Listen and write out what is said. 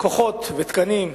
כוחות ותקנים.